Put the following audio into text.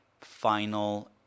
final